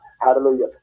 Hallelujah